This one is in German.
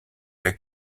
der